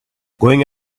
going